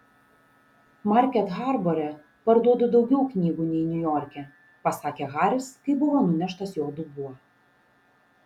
market harbore parduodu daugiau knygų nei niujorke pasakė haris kai buvo nuneštas jo dubuo